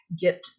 get